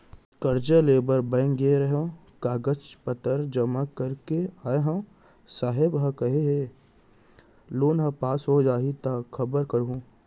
करजा लेबर बेंक गे रेहेंव, कागज पतर जमा कर के आय हँव, साहेब ह केहे हे लोन ह पास हो जाही त खबर करहूँ